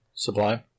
Sublime